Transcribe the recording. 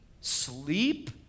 sleep